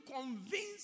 convince